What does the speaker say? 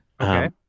Okay